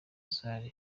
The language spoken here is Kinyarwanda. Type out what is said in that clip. césar